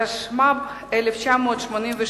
התשמ"ב 1982,